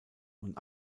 und